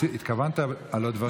התכוונת על הדברים,